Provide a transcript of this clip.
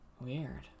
Weird